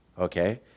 okay